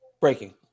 Breaking